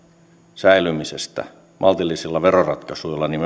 säilymisestä maltillisilla veroratkaisuilla niin